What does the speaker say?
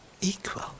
Equal